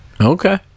Okay